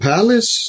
Palace